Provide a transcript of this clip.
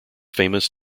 famous